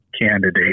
candidate